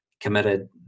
committed